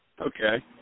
Okay